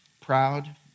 proud